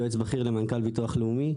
יועץ בכיר למנכ"ל ביטוח לאומי.